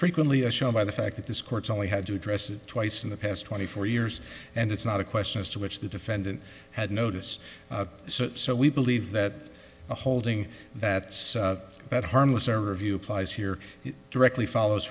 frequently as shown by the fact that this court's only had to address it twice in the past twenty four years and it's not a question as to which the defendant had notice so we believe that the holding that that harmless or review applies here directly follows